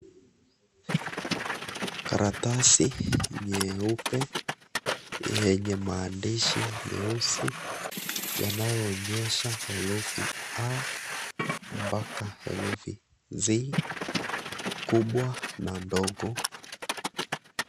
Karatasi nyeupe, yenye maandishi nyeusi. Yanayoonyesha refu A mbaka Z. Kubwa na ndogo.